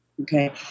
Okay